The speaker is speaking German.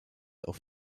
auf